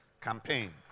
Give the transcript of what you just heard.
campaign